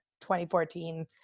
2014